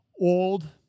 old